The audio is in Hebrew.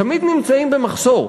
תמיד נמצאים במחסור.